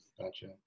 Gotcha